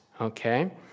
Okay